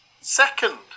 second